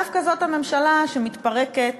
דווקא זאת הממשלה שמתפרקת